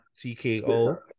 TKO